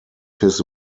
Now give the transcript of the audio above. his